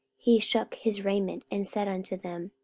he shook his raiment, and said unto them,